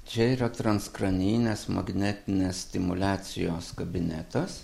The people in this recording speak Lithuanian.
čia yra transkranijinės magnetinės stimuliacijos kabinetas